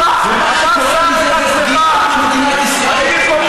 כל מה שאנחנו אומרים הוא, הציבור בוחר?